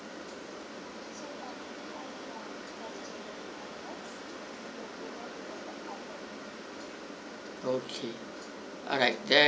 okay alright the~